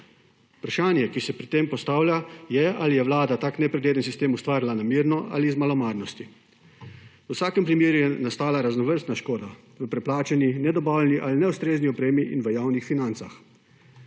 Vprašanje, ki se pri tem postavlja, je, ali je vlada tak nepregleden sistem ustvarila namerno ali iz malomarnosti. V vsakem primeru je nastala raznovrstna škoda v preplačani in nedobavljeni ali neustrezni opremi in v javnih financah.